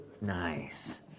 Nice